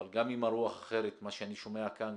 אבל גם עם הרוח האחרת מה שאני שומע כאן,